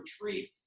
retreat